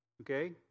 Okay